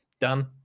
done